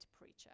preacher